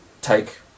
take